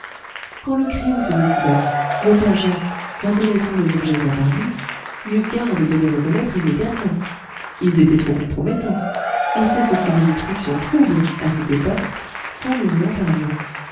quand le crime fut découvert le père jacques reconnaissant les objets à part lui n'eut garde de les reconnaître immédiatement ils étaient trop compromettants et c'est ce qui vous explique son trouble à cette époque quand nous lui en parlions